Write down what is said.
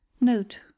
Note